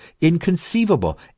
inconceivable